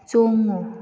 ꯆꯣꯡꯉꯨ